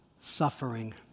suffering